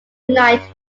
unite